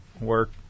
work